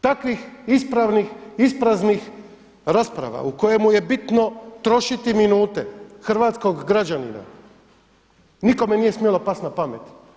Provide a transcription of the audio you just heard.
Takvih ispraznih rasprava u kojemu je bitno trošiti minute hrvatskog građanina nikome nije smjelo past na pamet.